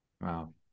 Wow